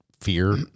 fear